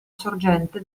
sorgente